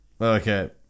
Okay